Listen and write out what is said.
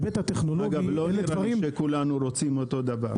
אגב, לא נראה לי שכולנו רוצים אותו הדבר.